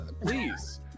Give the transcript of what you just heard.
please